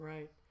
Right